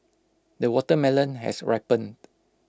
the watermelon has ripened